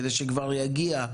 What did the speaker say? כדי שכבר יגיע,